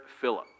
Philip